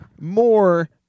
more